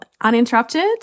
uninterrupted